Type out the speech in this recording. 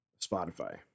Spotify